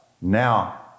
now